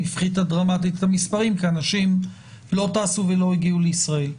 הפחיתה דרמטית את המספרים כי אנשים לא טסו ולא הגיעו לישראל.